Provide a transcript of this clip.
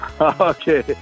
Okay